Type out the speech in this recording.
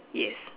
yes